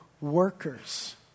workers